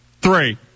Three